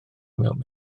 mewn